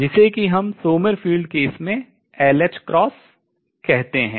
जिसे कि हम सोमरफेल्ड केस में कहते हैं